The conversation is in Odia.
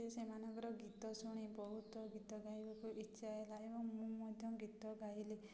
ସେମାନଙ୍କର ଗୀତ ଶୁଣି ବହୁତ ଗୀତ ଗାଇବାକୁ ଇଚ୍ଛା ହେଲା ଏବଂ ମୁଁ ମଧ୍ୟ ଗୀତ ଗାଇଲି